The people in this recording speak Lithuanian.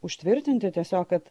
užtvirtinti tiesiog kad